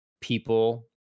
people